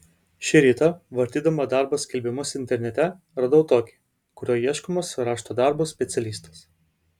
šį rytą vartydama darbo skelbimus internete radau tokį kuriuo ieškomas rašto darbų specialistas